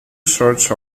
sorts